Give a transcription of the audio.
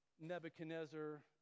Nebuchadnezzar